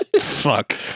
Fuck